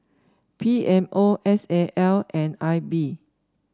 P M O S A L and I B